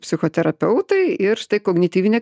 psichoterapeutai ir štai kognityvinė